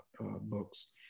books